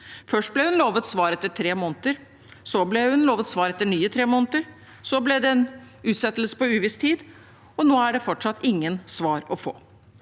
Først ble hun lovet svar etter tre måneder, så ble hun lovet svar etter nye tre måneder, så ble det en utsettelse på uviss tid, og nå er det fortsatt ingen svar å få.